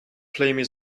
play